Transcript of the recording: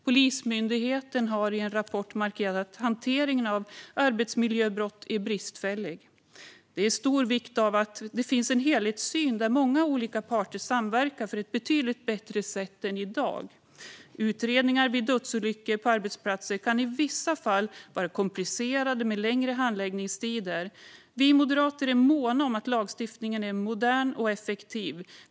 Polismyndigheten har i en rapport noterat att hanteringen av arbetsmiljöbrott är bristfällig. Det är av stor vikt att det finns en helhetssyn och att många olika parter samverkar på ett betydligt bättre sätt än i dag. Utredningar av dödsolyckor på arbetsplatser kan i vissa fall vara komplicerade, med längre handläggningstider. Vi moderater är måna om att lagstiftningen ska vara modern och effektiv.